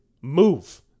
move